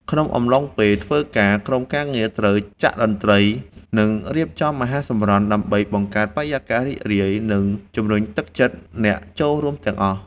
ក្នុងអំឡុងពេលធ្វើការ ក្រុមការងារត្រូវចាក់តន្ត្រី និងរៀបចំអាហារសម្រន់ ដើម្បីបង្កើតបរិយាកាសរីករាយ និងជំរុញទឹកចិត្តអ្នកចូលរួមទាំងអស់។